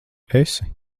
esi